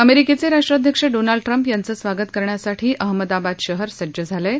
अमेरिकेचे राष्ट्राध्यक्ष Donald Trump याचं स्वागत करण्यासाठी अहमदाबाद शहर सज्ज झालं आहे